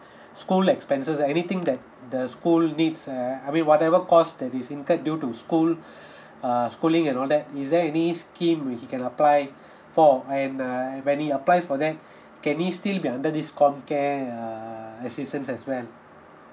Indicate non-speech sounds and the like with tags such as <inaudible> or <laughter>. <breath> school expenses uh anything that the school needs err I mean whatever cost that is incurred due to school <breath> uh schooling and all that is there any scheme which he can apply <breath> for and uh when he apply for that <breath> can he still be under this comcare err assistance as well